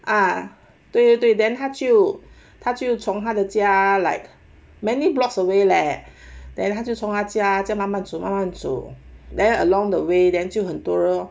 啊对对对 then 他就他就从他的家 like many blocks away leh then 他就从他家这样慢慢煮慢慢 then along the way then 就很多